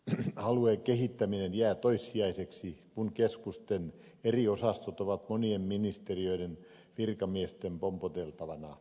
alueen kehittäminen jää toissijaiseksi kun keskusten eri osastot ovat monien ministeriöiden virkamiesten pompoteltavana